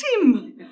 team